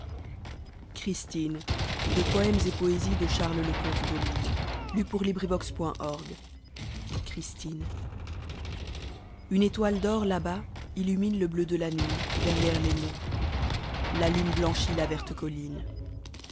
une étoile d'or là-bas illumine le bleu de la nuit defriêre les monts la lune blanchit la vette colline